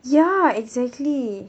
ya exactly